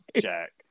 Jack